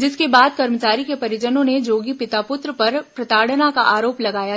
जिसके बाद कर्मचारी के परिजनों ने जोगी पिता पुत्र पर प्रताड़ना का आरोप लगाया था